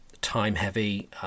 time-heavy